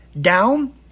Down